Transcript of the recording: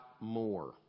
more